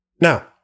Now